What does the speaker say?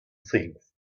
things